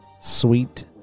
Sweet